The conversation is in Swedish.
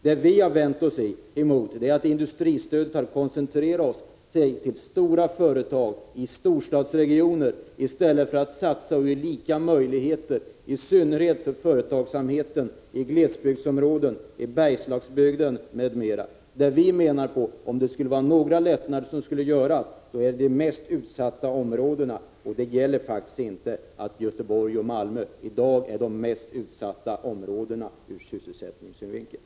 Det vi har vänt oss emot är att stödet har koncentrerats till stora företag i storstadsregioner i stället för att ge lika möjligheter i synnerhet för företagsamhet i glesbygdsområden, i Bergslagsbygden m.m. Vad vi anser är att om några lättnader skall göras så är det i de mest utsatta områdena, och det är faktiskt inte så att Göteborg och Malmö i dag hör till de mest utsatta områdena ur sysselsättningssynvinkel.